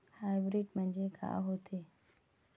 Hybrid म्हनजे का होते?